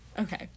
Okay